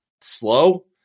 slow